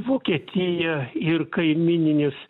vokietija ir kaimyninės